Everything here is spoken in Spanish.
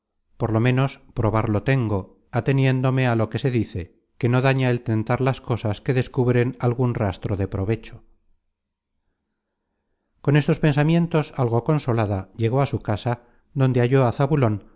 por lo menos probarlo tengo ateniéndome á lo que se dice que no daña el tentar las cosas que descubren algun rastro de provecho con estos pensamientos algo consolada llegó á su casa donde